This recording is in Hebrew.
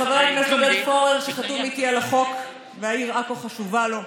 לחבר הכנסת עודד פורר שחתום איתי על החוק והעיר עכו חשובה לו,